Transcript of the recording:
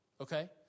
okay